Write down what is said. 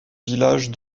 village